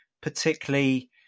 particularly